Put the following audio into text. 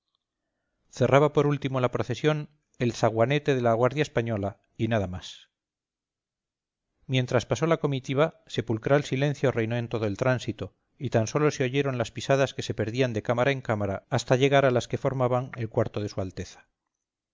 cerraba por último la procesión el zaguanete de la guardia española y nada más mientras pasó la comitiva sepulcral silencio reinó en todo el tránsito y tan sólo se oyeron las pisadas que se perdían de cámara en cámara hasta llegar a las que formaban el cuarto de su alteza